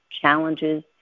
challenges